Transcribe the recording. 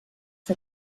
que